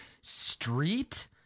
Street